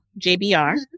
JBR